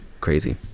crazy